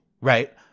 right